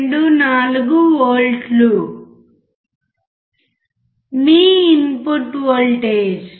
524 వోల్ట్లు మీ input voltage